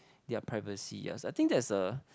their privacy yes I think that's a